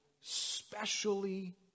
specially